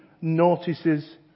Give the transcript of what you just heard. notices